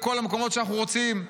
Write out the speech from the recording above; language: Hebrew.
בכל המקומות שאנחנו רוצים.